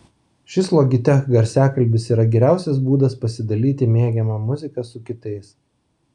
šis logitech garsiakalbis yra geriausias būdas pasidalyti mėgiama muzika su kitais